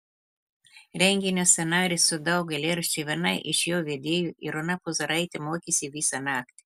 renginio scenarijų su daug eilėraščių viena iš jo vedėjų irūna puzaraitė mokėsi visą naktį